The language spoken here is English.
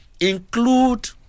include